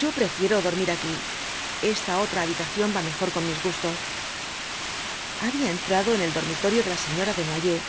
yo prefiero dormir aquí esta otra habitación va mejor con mis gustos había entrado en el dormitorio de la señora desnoyers